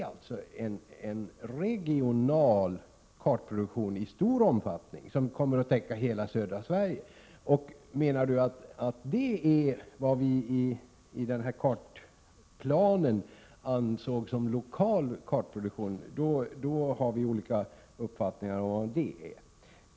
Detta är en regional kartproduktion av stor omfattning, som kommer att täcka hela södra Sverige. Menar Agne Hansson att det är vad vi i kartplanen ansåg vara lokal kartproduktion, då har vi olika uppfattningar på den punkten.